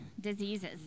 diseases